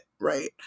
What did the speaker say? right